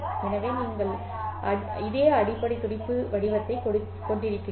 எனவே நீங்கள் அதே அடிப்படை துடிப்பு வடிவத்தைக் கொண்டிருக்கிறீர்கள்